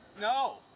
No